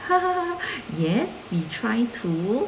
yes we try to